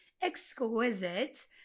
exquisite